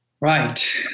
Right